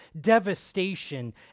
devastation